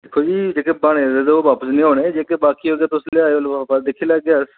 दिक्खो जी जेहड़े बने दे ओह् बापस नेईं होने जेह्के बाकी न ओह् बापस लेई आएओ लफाफा दिक्खी लैह्गे अस